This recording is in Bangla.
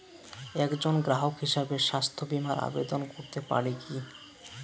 একজন গ্রাহক হিসাবে স্বাস্থ্য বিমার আবেদন করতে পারি কি?